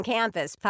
Campus